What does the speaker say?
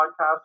podcast